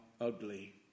ugly